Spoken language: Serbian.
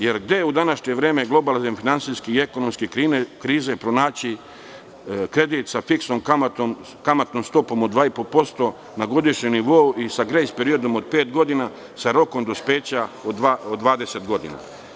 Jer, gde u današnje vreme globalne finansijske i ekonomske krize pronaći kredit sa fiksnom kamatnom stopom od 2,5% na godišnjem nivou i sa grejs periodom od pet godina, sa rokom dospeća od 20 godina?